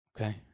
Okay